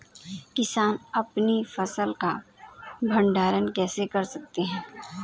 किसान अपनी फसल का भंडारण कैसे कर सकते हैं?